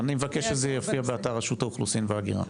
אני מבקש שזה יופיע באתר רשות האוכלוסין וההגירה.